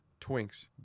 Twinks